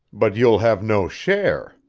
but you'll have no share.